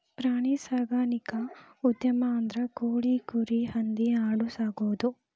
ಪ್ರಾಣಿ ಸಾಕಾಣಿಕಾ ಉದ್ಯಮ ಅಂದ್ರ ಕೋಳಿ, ಕುರಿ, ಹಂದಿ ಆಡು ಸಾಕುದು